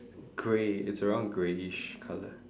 grey it's around greyish color